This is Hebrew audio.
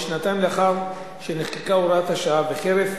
שנתיים לאחר שנחקקה הוראת השעה וחרף